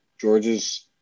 George's